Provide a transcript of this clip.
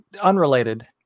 unrelated